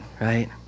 right